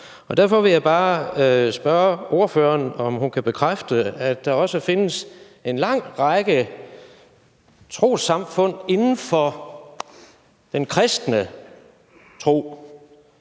Derfor vil jeg bare spørge ordføreren, om hun kan bekræfte, at der også findes en lang række trossamfund inden for den kristne tro,